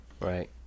Right